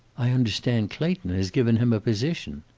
i understand clayton has given him a position.